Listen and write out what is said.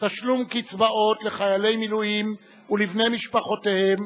תשלום קצבאות לחיילי מילואים ולבני משפחותיהם